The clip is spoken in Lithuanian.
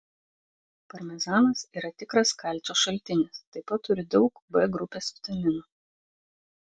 parmezanas yra tikras kalcio šaltinis taip pat turi daug b grupės vitaminų